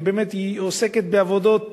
ובאמת היא עוסקת בעבודות